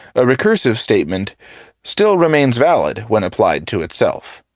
a recursive statement still remains valid when applied to itself.